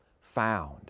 found